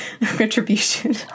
retribution